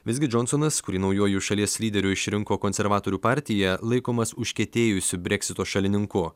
visgi džonsonas kurį naujuoju šalies lyderiu išrinko konservatorių partija laikomas užkietėjusiu breksito šalininku